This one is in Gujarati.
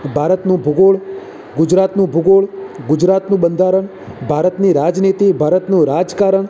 ભારતનું ભૂગોળ ગુજરાતનું ભૂગોળ ગુજરાતનું બંધારણ ભારતની રાજનીતિ ભારતનું રાજકારણ